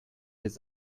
his